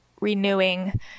renewing